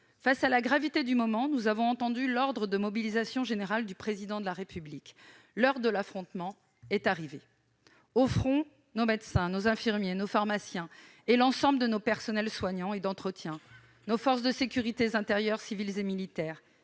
Devant la gravité du moment, nous avons entendu l'ordre de mobilisation générale du Président de la République. L'heure de l'affrontement est arrivée. Au front, nos médecins, nos infirmiers, nos pharmaciens et l'ensemble de nos personnels soignants et d'entretien, nos forces de sécurité intérieure, civiles et militaires,